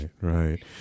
right